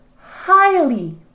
highly